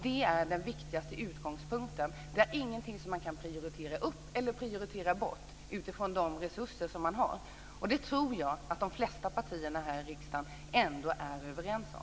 Det är den viktigaste utgångspunkten. Det här är ingenting som man kan prioritera upp eller prioritera bort utifrån de resurser som finns. Detta tror jag att de flesta partier här i riksdagen är överens om.